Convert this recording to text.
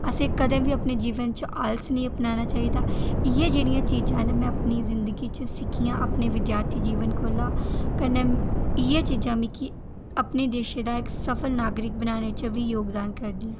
असें ई कदें बी अपने जीवन च आलस निं अपनाना चाही दा इ'यै जेह्ड़ियां चीजां न में अपनी जिंदगी च सिक्खियां अपनें विद्यार्थी जीवन कोला कन्नै इ'यै चीजां मिगी अपने देशै दा इक सफल नागरिक बनाने च बी जोगदान करदे न